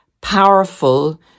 powerful